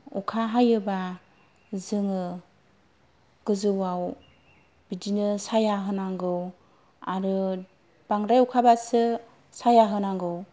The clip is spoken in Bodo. अखा हायोब्ला जोङो गोजौआव बिदिनो साया होनांगौ आरो बांद्राय अखाब्लासो साया होनांगौ